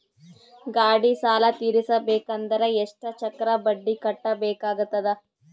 ಗಾಡಿ ಸಾಲ ತಿರಸಬೇಕಂದರ ಎಷ್ಟ ಚಕ್ರ ಬಡ್ಡಿ ಕಟ್ಟಬೇಕಾಗತದ?